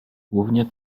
głównie